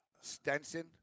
Stenson